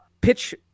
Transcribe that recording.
pitch